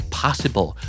possible